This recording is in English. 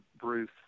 Bruce